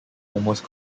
almost